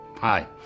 Hi